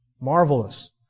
Marvelous